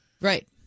Right